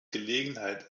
gelegenheit